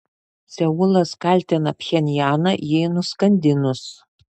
seulas kaltina pchenjaną jį nuskandinus